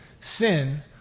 Sin